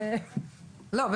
לא,